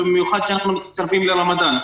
ובמיוחד כשאנחנו נכנסים לרמדאן.